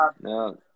No